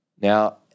Now